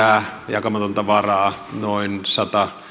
jakamatonta varaa noin